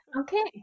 Okay